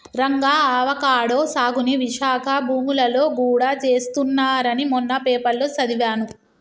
Ranga avocado సాగుని విశాఖ భూములలో గూడా చేస్తున్నారని మొన్న పేపర్లో సదివాను